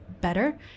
better